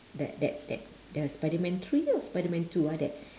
that that that the spiderman three or spiderman two [ah]that